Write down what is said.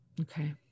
Okay